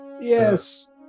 Yes